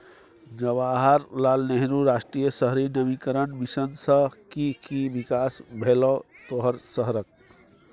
जवाहर लाल नेहरू राष्ट्रीय शहरी नवीकरण मिशन सँ कि कि बिकास भेलौ तोहर शहरक?